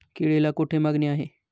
केळीला कोठे मागणी आहे?